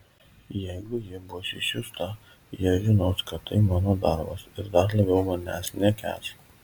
jeigu ji bus išsiųsta jie žinos kad tai mano darbas ir dar labiau manęs nekęs